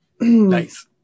Nice